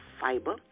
fiber